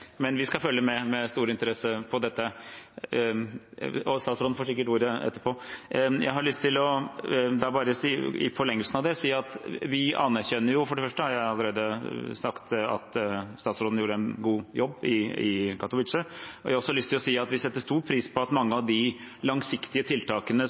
men vi skal følge med på dette med stor interesse, og statsråden får sikkert ordet etterpå. I forlengelsen av det har jeg bare lyst til å si at vi anerkjenner – jeg har jo allerede sagt at statsråden gjorde en god jobb i Katowice – og setter stor pris på mange av de langsiktige tiltakene